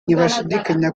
ntibashidikanya